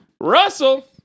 Russell